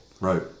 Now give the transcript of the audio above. right